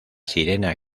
sirena